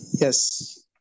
Yes